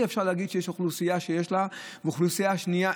אי-אפשר להגיד שיש אוכלוסייה שיש לה ואוכלוסייה שנייה,